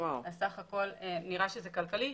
אז סך הכול נראה שזה כלכלי.